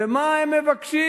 ומה הם מבקשים?